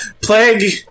Plague